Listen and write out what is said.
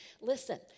Listen